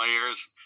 players